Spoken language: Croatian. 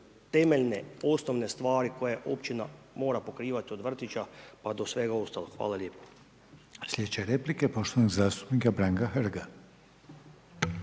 temeljne osnovne stvari koje općina mora pokrivati od vrtića pa do svega ostaloga. Hvala lijepo. **Reiner, Željko (HDZ)** Sljedeća replika, poštovanog zastupnika Branka Hrga.